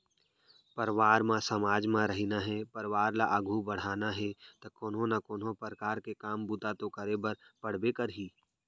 परवार म समाज म रहिना हे परवार ल आघू बड़हाना हे ता कोनो ना कोनो परकार ले काम बूता तो करे बर पड़बे करही